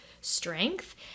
strength